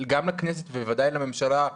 גם לכנסת ובוודאי לממשלה,